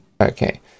Okay